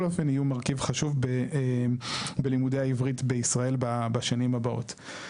אופן יהיו מרכיב חשוב בלימודי העברית בישראל בשנים הבאות.